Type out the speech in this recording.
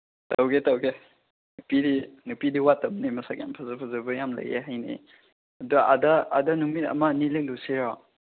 ꯇꯧꯒꯦ ꯇꯧꯒꯦ ꯅꯨꯄꯤ ꯅꯨꯄꯤꯗꯤ ꯋꯥꯠꯇꯝꯕꯅꯦ ꯃꯁꯛ ꯌꯥꯝ ꯐꯖ ꯐꯖꯕ ꯌꯥꯝ ꯂꯩꯌꯦ ꯍꯥꯏꯅꯩ ꯑꯗꯣ ꯑꯥꯗ ꯑꯥꯗ ꯅꯨꯡꯗꯤꯟ ꯑꯃ ꯑꯅꯤ ꯂꯦꯛꯂꯨꯁꯤꯔꯣ